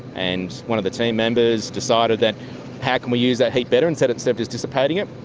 and one of the team members decided that how can we use that heat better instead instead of just dissipating it,